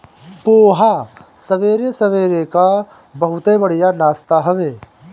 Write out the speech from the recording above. पोहा सबेरे सबेरे कअ बहुते बढ़िया नाश्ता हवे